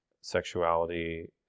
sexuality